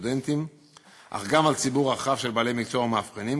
סטודנטים אך גם על ציבור רחב של בעלי מקצוע ומאבחנים,